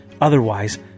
Otherwise